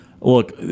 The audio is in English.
look